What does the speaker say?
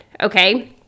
okay